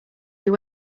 will